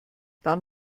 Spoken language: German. dann